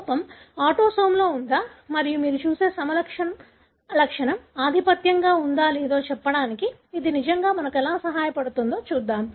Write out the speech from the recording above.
లోపం ఆటోసోమ్లో ఉందా మరియు మీరు చూసే సమలక్షణం ఆధిపత్యంగా ఉందో లేదో చెప్పడానికి ఇది నిజంగా మాకు ఎలా సహాయపడుతుందో చూద్దాం